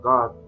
God